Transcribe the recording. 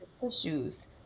tissues